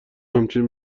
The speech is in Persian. همچنین